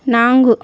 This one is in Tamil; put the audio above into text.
நான்கு